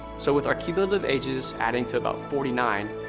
so with our cumulative ages adding to about forty nine,